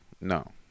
no